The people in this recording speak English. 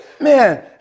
Man